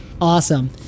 awesome